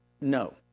no